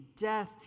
death